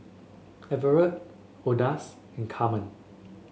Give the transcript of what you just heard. Everet Odus and Carmen